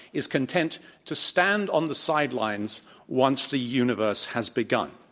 is content to stand on the sidelines once the universe has begun.